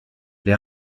les